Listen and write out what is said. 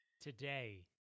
Today